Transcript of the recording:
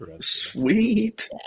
Sweet